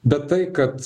bet tai kad